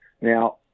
Now